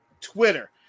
twitter